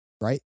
Right